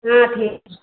हाँ ठीक है